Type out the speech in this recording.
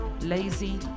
Lazy